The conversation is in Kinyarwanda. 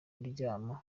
kuryama